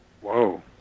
Whoa